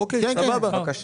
אוקיי, סבבה.